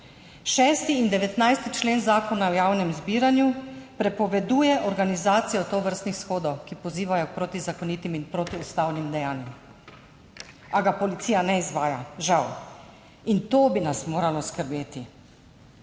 6. in 19. člen Zakona o javnem zbiranju prepovedujeta organizacijo tovrstnih shodov, ki pozivajo k protizakonitim in protiustavnim dejanjem. A ga policija ne izvaja, žal, in to bi nas moralo skrbeti.